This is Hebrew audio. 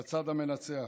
בצד המנצח.